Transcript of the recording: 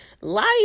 life